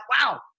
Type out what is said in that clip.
wow